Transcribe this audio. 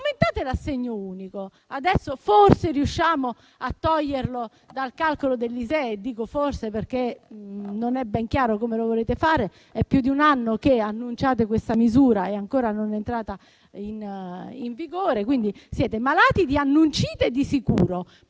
Aumentate l'assegno unico: adesso, forse, riusciamo a toglierlo dal calcolo dell'ISEE. Dico forse, perché non è ben chiaro come lo vogliate fare. È più di un anno che annunciate questa misura e ancora non è entrata in vigore. Quindi, siete malati di "annuncite" di sicuro.